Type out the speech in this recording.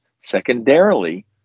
Secondarily